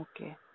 Okay